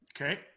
Okay